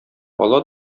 ала